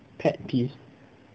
pet peeves